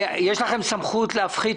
יש לכם סמכות להפחית?